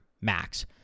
max